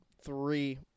three